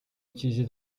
utilisé